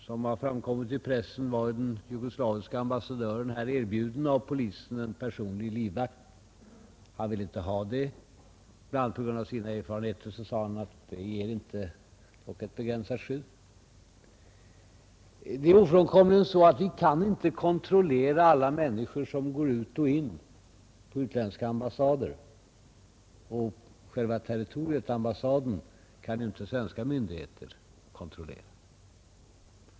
Som har framkommit i pressen var den jugoslaviske ambassadören av polisen erbjuden personlig livvakt. Han ville inte ha det. Bl. a. på grund av sina erfarenheter sade han att det ger blott ett begränsat skydd. Det är ofrånkomligt att vi inte kan kontrollera alla människor som går ut och in på utländska ambassader. Själva territoriet — ambassaden — kan inte svenska myndigheter kontrollera.